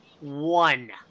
one